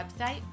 website